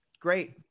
Great